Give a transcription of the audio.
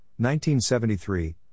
1973